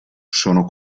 sono